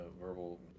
verbal